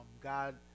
God